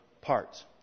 parts